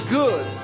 good